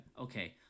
Okay